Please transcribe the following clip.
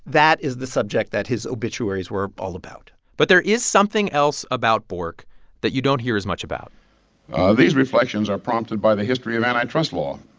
that is the subject that his obituaries were all about but there is something else about bork that you don't hear as much about these reflections are prompted by the history of antitrust law.